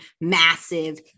massive